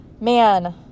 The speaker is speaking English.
man